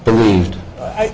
believed i